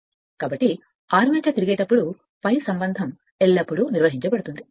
కాబట్టి ఆర్మేచర్ తిరిగేటప్పుడు పై సంబంధం ఎల్లప్పుడూ నిర్వహించబడుతుంది